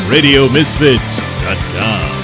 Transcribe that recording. RadioMisfits.com